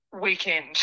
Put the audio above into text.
Weekend